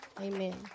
Amen